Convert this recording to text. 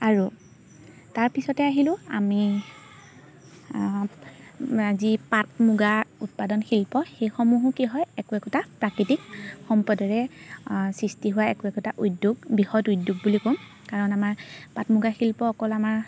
আৰু তাৰপিছতে আহিলোঁ আমি যি পাট মুগা উৎপাদন শিল্প সেইসমূহো কি হয় একো একোটা প্ৰাকৃতিক সম্পদৰে সৃষ্টি হোৱা একো একোটা উদ্যোগ বৃহৎ উদ্যোগ বুলি ক'ম কাৰণ আমাৰ পাট মুগা শিল্প অকল আমাৰ